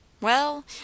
Well